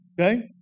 Okay